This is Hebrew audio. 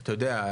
אתה יודע,